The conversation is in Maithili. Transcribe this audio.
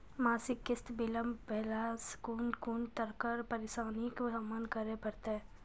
मासिक किस्त बिलम्ब भेलासॅ कून कून तरहक परेशानीक सामना करे परतै?